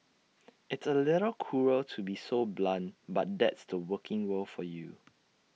it's A little cruel to be so blunt but that's the working world for you